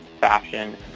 fashion